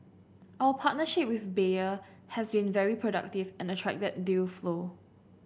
our partnership with Bayer has been very productive and attracted deal flow